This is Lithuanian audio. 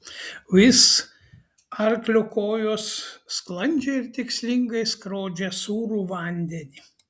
uis arklio kojos sklandžiai ir tikslingai skrodžia sūrų vandenį